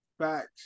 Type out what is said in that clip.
Back